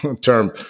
term